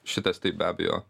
šitas taip be abejo